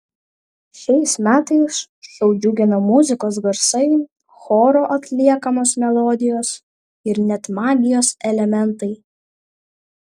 šiais metais šou džiugina muzikos garsai choro atliekamos melodijos ir net magijos elementai